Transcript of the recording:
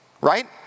right